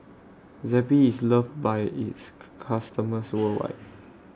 Zappy IS loved By its customers worldwide